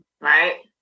right